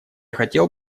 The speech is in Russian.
хотел